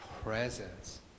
presence